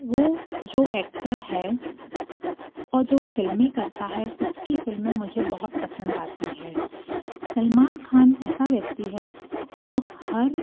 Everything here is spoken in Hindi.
वो जो एक्टर है और जो वो फिल्में करता है उसकी फिल्में मुझे बहुत पंसद आती हैं सलमान ख़ान ऐसा व्यक्ति है जो हर